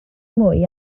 mwy